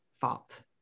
fault